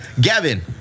Gavin